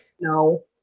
No